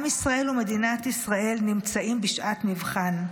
עם ישראל ומדינת ישראל נמצאים בשעת מבחן,